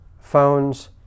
phones